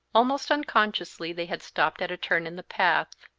almost unconsciously they had stopped at a turn in the path.